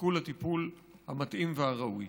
יזכו לטיפול המתאים והראוי.